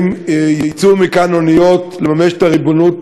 אם יצאו מכאן אוניות לממש את הריבונות